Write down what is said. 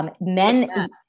Men